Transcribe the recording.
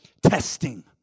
testing